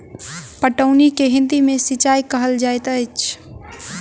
पटौनी के हिंदी मे सिंचाई कहल जाइत अछि